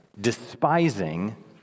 despising